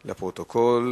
לפרוטוקול.